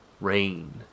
rain